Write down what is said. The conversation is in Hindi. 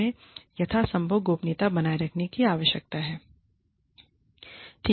हमें यथासंभव गोपनीयता बनाए रखने की आवश्यकता है